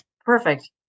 perfect